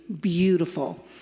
Beautiful